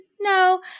no